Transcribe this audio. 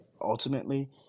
ultimately